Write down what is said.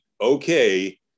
okay